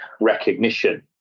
recognition